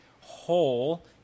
whole